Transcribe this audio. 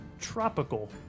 tropical